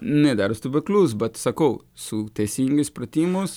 neverstubuklus bet sakau su teisingais pratimus